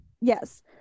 yes